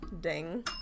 ding